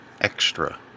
extra